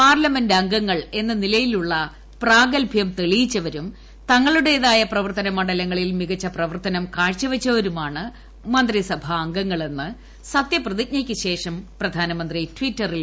പാർലമെന്റംഗങ്ങൾ എന്ന നിലയിലുള്ള പ്രാഗത്ഭ്യം തെളിയിച്ചവരും തങ്ങളുടേതായ പ്രവർത്തന മണ്ഡലങ്ങളിൽ മികച്ച പ്രവർത്തനം കാഴ്ചവച്ചവരുമാണ് മന്ത്രിസഭ അംഗങ്ങളെന്ന് സത്യപ്രതിജ്ഞയ്ക്ക് ശേഷം പ്രധാനമന്ത്രി ട്വിറ്ററിൽ കുറിച്ചു